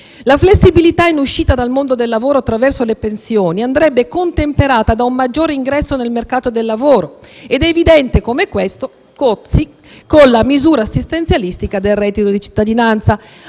La flessibilità in uscita dal mondo del lavoro attraverso le pensioni andrebbe contemperata da un maggiore ingresso nel mercato del lavoro. Ed è evidente come questo cozzi con la misura assistenzialistica del reddito di cittadinanza.